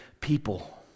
people